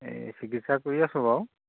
এই চিকিৎসা কৰি আছোঁ বাৰু